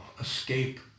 escape